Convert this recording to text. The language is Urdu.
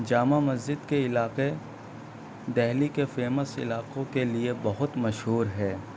جامع مسجد کے علاقے دہلی کے فیمس علاقوں کے لیے بہت مشہور ہے